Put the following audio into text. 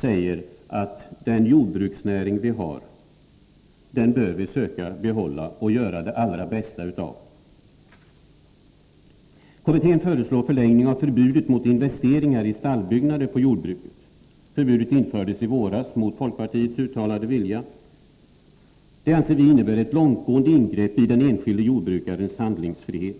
säger att den jordbruksnäring vi har bör vi söka behålla och göra det allra bästa av. Kommittén föreslår förlängning av förbudet mot investeringar i stallbyggnader på jordbruket. Förbudet infördes i våras mot folkpartiets uttalade vilja. Det innebär ett långtgående ingrepp i den enskilde jordbrukarens handlingsfrihet.